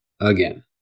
again